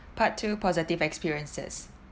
part two positive experiences